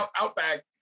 Outback